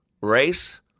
race